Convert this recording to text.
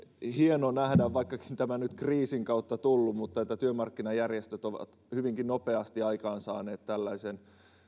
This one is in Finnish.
hieno nähdä vaikkakin tämä nyt kriisin kautta on tullut että työmarkkinajärjestöt ovat hyvinkin nopeasti aikaansaaneet tällaisen